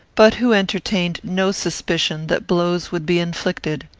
but who entertained no suspicion that blows would be inflicted.